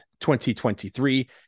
2023